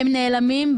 הם נעלמים.